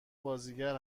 بازیگر